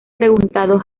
preguntado